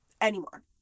anymore